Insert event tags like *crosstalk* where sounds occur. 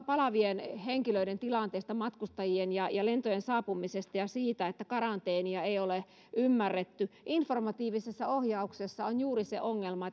palaavien henkilöiden tilanteesta matkustajien ja ja lentojen saapumisesta ja siitä että karanteenia ei ole ymmärretty informatiivisessa ohjauksessa on juuri se ongelma *unintelligible*